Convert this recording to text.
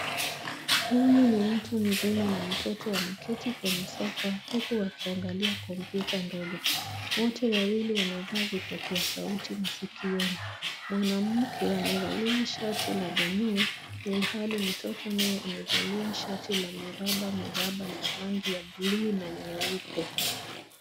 Huyu ni mtu mzima na mtoto wameketi kwenye sofa, huku wakiangalia kompyuta ndogo. Wote wawili wamevaa vipokea sauti masikioni. Mwanamke amevalia shati la denim , ilhali mtoto naye amevalia shati la miraba miraba la rangi ya blue na nyeupe.